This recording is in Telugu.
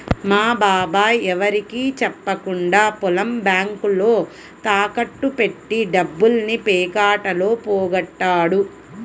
మా బాబాయ్ ఎవరికీ చెప్పకుండా పొలం బ్యేంకులో తాకట్టు బెట్టి డబ్బుల్ని పేకాటలో పోగొట్టాడు